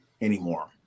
anymore